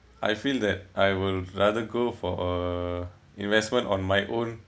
I feel that I will rather go for uh investment on my own